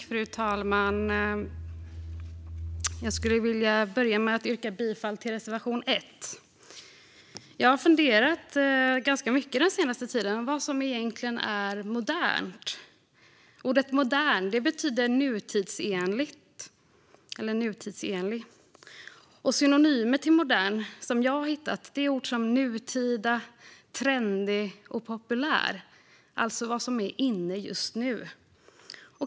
Fru talman! Jag skulle vilja börja med att yrka bifall till reservation 1. Den senaste tiden har jag funderat ganska mycket över vad som egentligen är modernt. Ordet "modern" betyder nutidsenlig. Synonymer till "modern" som jag har hittat är ord som "nutida", "trendig" och "populär" - alltså vad som är inne just nu.